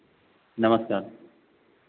नमस्कार